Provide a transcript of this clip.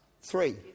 Three